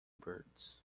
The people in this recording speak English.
birds